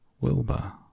wilbur